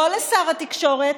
לא לשר התקשורת,